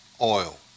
oil